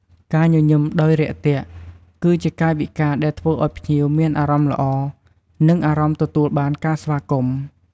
ការញញឹមដោយរាក់ទាក់ គឺជាកាយវិការដែលធ្វើឲ្យភ្ញៀវមានអារម្មណ៍ល្អ និងអារម្មណ៍ទទួលបានការស្វាគមន៍។